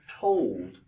told